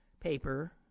paper